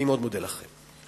אני מודה לכם.